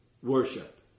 Worship